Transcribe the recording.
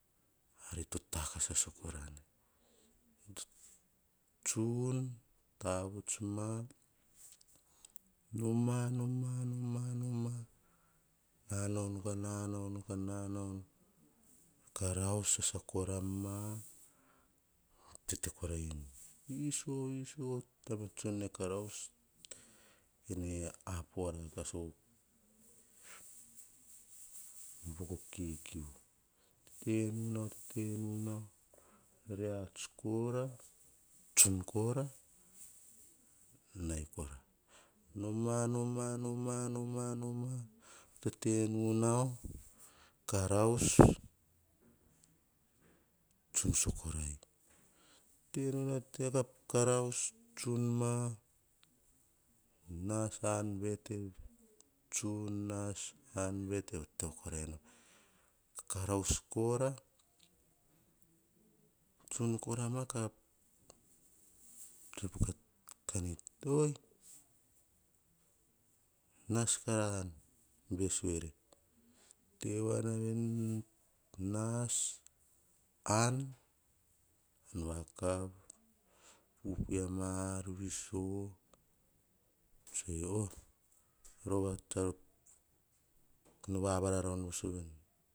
Ari to takas sa korane, tsun tavuts ma, noma, noma noma noma, na nau, ka na nau karaus sasa kora ma, tete korai nu. Iso, iso, iso, taim na tson ne karaus, kene apo rakasa po boko kikiu. Tete nu nau, tete nu nau, re ats kora, tsun kora nai kora. Noma, noma, noma, tete nu nau, karaus tsun sai korai te nu nau, ka karaus, tsun ma, nas an, bete, te korai nu karaus kora, tsun kora ma ka, tsue ei po kani ti, oi!, nas kara an besuere. Te wana veni, nas an vakav, pupui a mar viso, tsue ei, kene vararaun voso veni